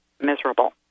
miserable